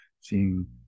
seeing